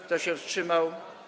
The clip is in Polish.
Kto się wstrzymał?